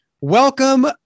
Welcome